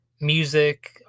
music